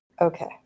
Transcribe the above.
Okay